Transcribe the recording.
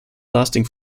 lasting